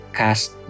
cast